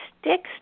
sticks